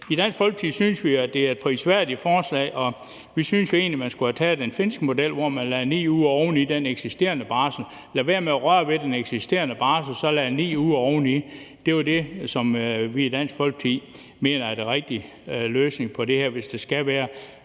I Dansk Folkeparti synes vi, at det er et prisværdigt forslag, og vi synes jo egentlig, at man skulle have taget den finske model, hvor man lagde 9 uger oven i den eksisterende barsel – at vi lod være med at røre ved den eksisterende barsel og så lagde 9 uger oveni. Det er det, som vi i Dansk Folkeparti mener er den rigtige løsning på det her, hvis der skal være